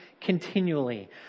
continually